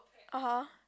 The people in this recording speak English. (aha)